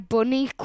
Bunny